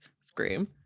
scream